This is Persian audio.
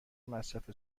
مصرف